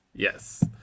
yes